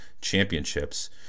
championships